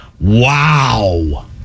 Wow